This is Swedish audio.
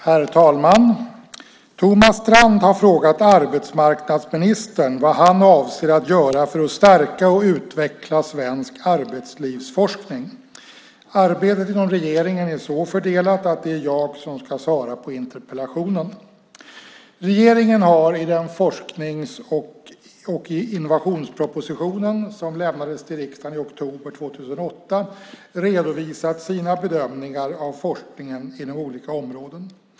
Herr talman! Thomas Strand har frågat arbetsmarknadsministern vad han avser att göra för att stärka och utveckla svensk arbetslivsforskning. Arbetet inom regeringen är så fördelat att det är jag som ska svara på interpellationen. Regeringen har i forsknings och innovationspropositionen, som överlämnades till riksdagen i oktober 2008, redovisat sina bedömningar av forskningen inom olika områden.